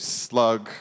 slug